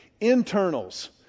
internals